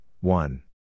one